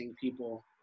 people